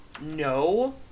No